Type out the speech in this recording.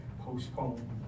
postpone